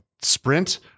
sprint